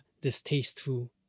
distasteful